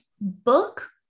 book